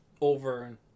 over